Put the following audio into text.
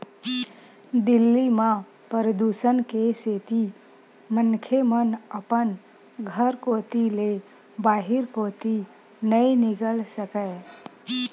दिल्ली म परदूसन के सेती मनखे मन अपन घर कोती ले बाहिर कोती नइ निकल सकय